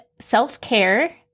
self-care